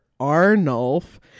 arnulf